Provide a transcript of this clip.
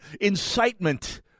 incitement